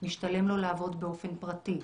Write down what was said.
משתלם לו לעבוד באופן פרטי.